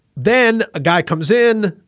then a guy comes in,